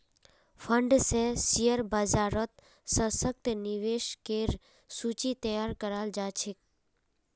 fund स share बाजारत सशक्त निवेशकेर सूची तैयार कराल जा छेक